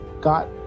got